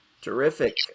Terrific